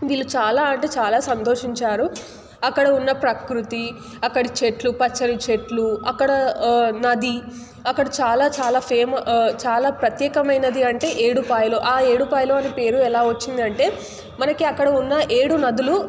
వీళ్లు చాలా అంటే చాలా సంతోషించారు అక్కడ ఉన్న ప్రకృతి అక్కడ చెట్లు పచ్చని చెట్లు అక్కడ నది అక్కడ చాలా చాలా ఫేమ చాలా ప్రత్యేకమైనది అంటే ఏడుపాయలు ఆ ఏడుపాయలు అని పేరు ఎలా వచ్చింది అంటే మనకి అక్కడ ఉన్న ఏడు నదులు